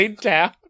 down